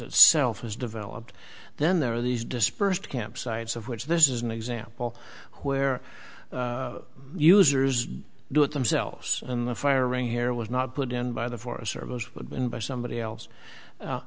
itself has developed then there are these dispersed camp sites of which this is an example where users do it themselves and the firing here was not put down by the forest service would been by somebody else